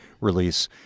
release